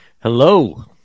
Hello